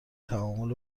تعامل